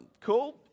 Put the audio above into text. cool